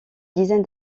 dizaine